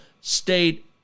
state